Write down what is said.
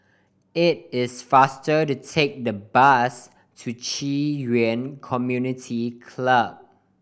it is faster to take the bus to Yuan Community Club